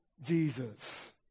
Jesus